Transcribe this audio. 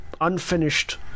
unfinished